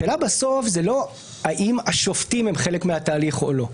השאלה בסוף זה לא האם השופטים הם חלק מהתהליך או לא,